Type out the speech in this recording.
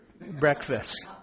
breakfast